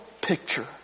picture